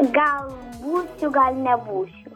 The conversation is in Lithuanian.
gal būsiu gali nebūsiu